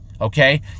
okay